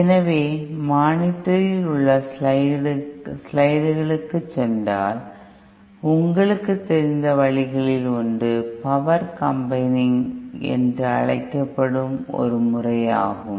எனவே மானிட்டரில் உள்ள ஸ்லைடுகளுக்குச் சென்றால் உங்களுக்குத் தெரிந்த வழிகளில் ஒன்று "பவர் காம்பைனிங்" என்று அழைக்கப்படும் ஒரு முறை ஆகும்